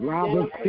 Robert